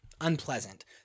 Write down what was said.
unpleasant